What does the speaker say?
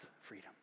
freedom